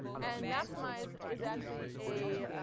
and maptimize is actually a,